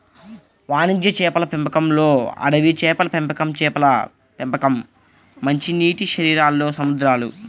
వాణిజ్య చేపల పెంపకంలోఅడవి చేపల పెంపకంచేపల పెంపకం, మంచినీటిశరీరాల్లో సముద్రాలు